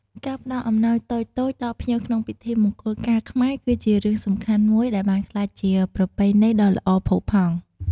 ការផ្តល់អំណោយតូចៗដល់ភ្ញៀវក្នុងពិធីមង្គលការខ្មែរ គឺជារឿងសំខាន់មួយដែលបានក្លាយជាប្រពៃណីដ៏ល្អផូរផង់។